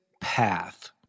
path